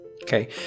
Okay